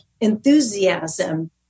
enthusiasm